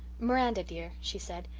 miranda dear, she said,